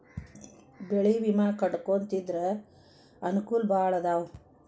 ಬೆಳೆ ವಿಮಾ ಕಟ್ಟ್ಕೊಂತಿದ್ರ ಅನಕೂಲಗಳು ಬಾಳ ಅದಾವ